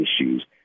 issues